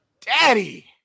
daddy